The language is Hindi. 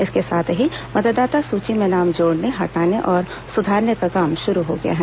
इसके साथ ही मतदांता सूची में नाम जोड़ने हटाने और सुधारने का काम शुरू हो गया है